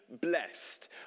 blessed